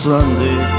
Sunday